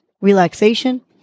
relaxation